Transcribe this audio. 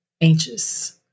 anxious